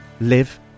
live